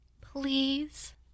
Please